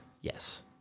Yes